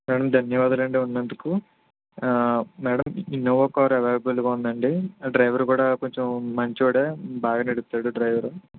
madam ధన్యవాదాలండి ఉన్నందుకు madam Innova car అవైలబుల్గా ఉందండి డ్రైవర్ కూడా కొంచెం మంచోడే బాగానే నడుపుతాడు డ్రైవర్